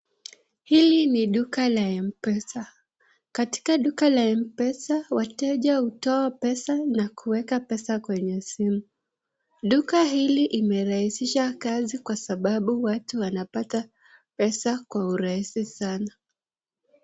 Hili ni duka la Mpesa, katika duka la Mpesa, wateja hutoa pesa, na kuweka pesa kwenye simu, duka hili imerahisisha kazi kwa sababu, watu wanapata pesa kwa urahisi sana.